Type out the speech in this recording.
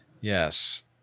Yes